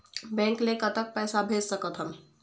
Bank ले कतक पैसा भेज सकथन?